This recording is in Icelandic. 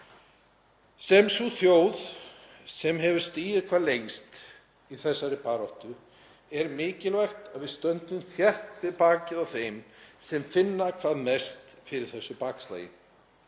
Sem sú þjóð sem hefur stigið hvað lengst í þessari baráttu er mikilvægt að við stöndum þétt við bakið á þeim sem finna hvað mest fyrir þessu bakslagi.